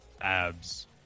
abs